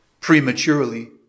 prematurely